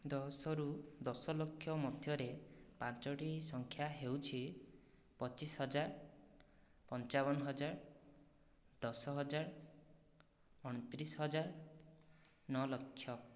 ଦଶରୁ ଦଶ ଲକ୍ଷ ମଧ୍ୟରେ ପାଞ୍ଚୋଟି ସଂଖ୍ୟା ହେଉଛି ପଚିଶ ହଜାର ପଞ୍ଚାବନ ହଜାର ଦଶହଜାର ଅଣତିରିଶ ହଜାର ନଅ ଲକ୍ଷ